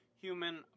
human